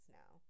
now